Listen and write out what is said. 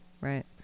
Right